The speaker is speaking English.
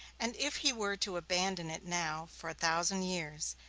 and if he were to abandon it now for a thousand years,